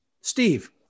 Steve